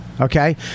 Okay